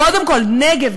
קודם כול הנגב,